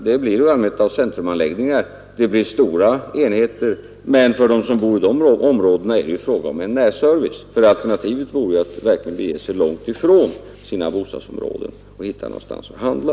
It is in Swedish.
Det blir i allmänhet centrumanläggningar. Det blir stora enheter, men för dem som bor i dessa områden är det fråga om en närservice. Alternativet vore ju att människorna fick bege sig långt bort från det egna bostadsområdet för att hitta någonstans att handla.